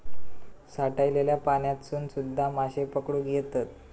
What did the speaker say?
साठलल्या पाण्यातसून सुध्दा माशे पकडुक येतत